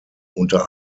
unter